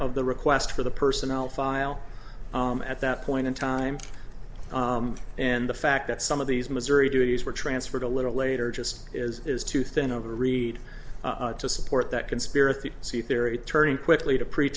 of the request for the personnel file at that point in time and the fact that some of these missouri duties were transferred a little later just is is too thin over reed to support that conspiracy theory turning quickly to pre